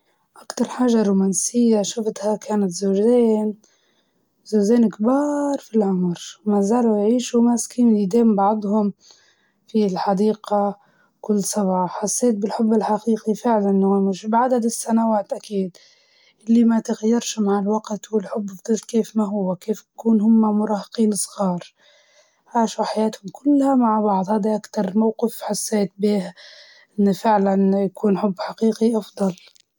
لما شفت زوجين كبار شياب في العمر ماشيين مع بعضهم، وماسكين في إيدين بعض في السوق، و يعا يعاملوا في بعضهم برقة كأنهم تو كيف متزوجين.